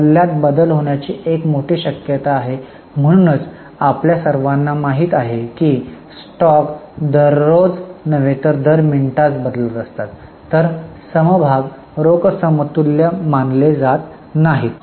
मूल्यात बदल होण्याची एक मोठी शक्यता आहे म्हणूनच आपल्या सर्वांना माहित आहे की स्टॉक दर दररोजच नव्हे तर दर मिनिटास बदलत असतात तर समभाग रोख समतुल्य मानले जात नाहीत